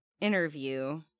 interview